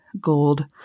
gold